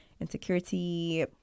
insecurity